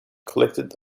collected